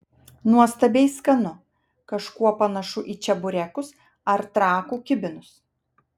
nuostabiai skanu kažkuo panašu į čeburekus ar trakų kibinus